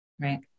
Right